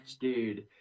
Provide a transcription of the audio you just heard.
dude